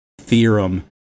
theorem